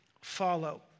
follow